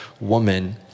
woman